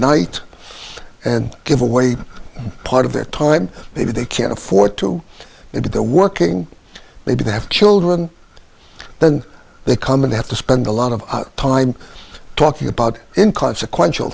night and give away part of their time if they can't afford to if they're working they don't have children then they come in have to spend a lot of time talking about in consequential